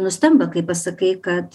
nustemba kai pasakai kad